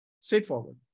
Straightforward